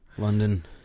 London